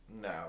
No